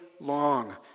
long